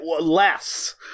less